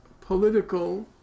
political